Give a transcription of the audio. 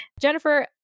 Jennifer